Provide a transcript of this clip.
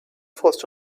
fast